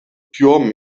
pure